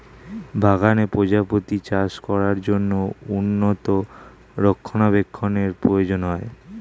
বাগানে প্রজাপতি চাষ করার জন্য উন্নত রক্ষণাবেক্ষণের প্রয়োজন হয়